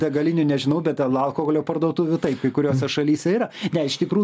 degalinių nežinau bet alkoholio parduotuvių tai kai kuriose šalyse yra ne iš tikrų